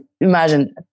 imagine